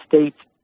states